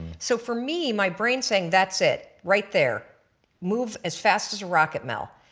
so for me my brain saying, that's it right there move as fast as rocket mel,